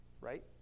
right